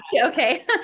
okay